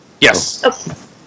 Yes